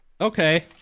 Okay